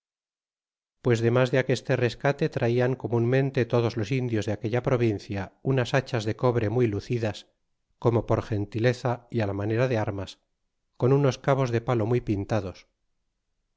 pues demas de aqueste rescate traian comunmente todos los indios de aquella provincia unas hachas de cobre muy lucidas como por gentileza y manera de armas con unos cabos de palo muy pintados